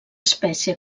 espècie